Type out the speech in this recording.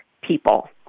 people